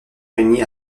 réunis